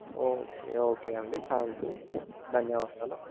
okay okay అండి thank you ధన్యవాదాలు